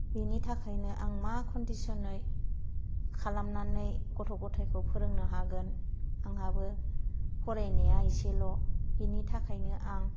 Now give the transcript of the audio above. बिनि थाखायनो आं मा कन्डिसनै खालामनानै गथ' गथायखौ फोरोंनो हागोन आंहाबो फरायनाया एसेल' बिनि थाखायनो आं